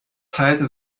teilte